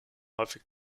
häufig